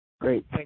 Great